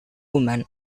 women